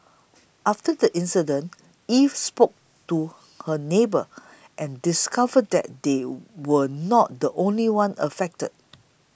after the incident Eve spoke to her neighbour and discovered that they were not the only ones affected